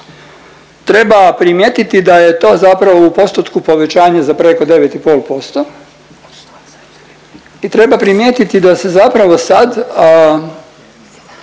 Treba primijetiti da je to zapravo u postotku povećanje za preko 9,5% i treba primijetiti da se zapravo sad